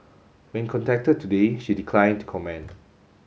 when contacted today she declined to comment